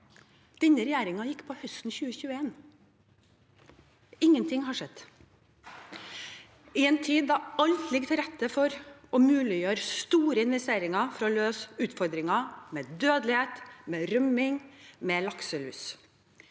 Denne regjeringen gikk på høsten 2021. Ingenting har skjedd – i en tid da alt ligger til rette for å muliggjøre store investeringer for å løse utfordringen med dødelighet, med rømming, med lakselus.